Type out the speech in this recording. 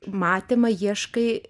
matymą ieškai